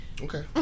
Okay